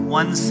one